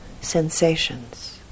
sensations